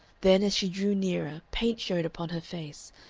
then as she drew nearer paint showed upon her face,